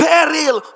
Peril